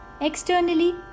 Externally